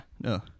No